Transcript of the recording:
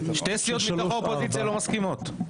שתי סיעות מתוך האופוזיציה לא מסכימות.